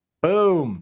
Boom